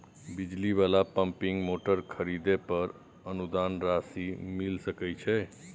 बिजली वाला pumping motor खरीदे पर अनुदान राशि मिल सके छैय?